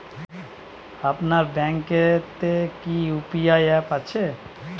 আপনার ব্যাঙ্ক এ তে কি ইউ.পি.আই অ্যাপ আছে?